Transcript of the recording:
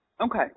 Okay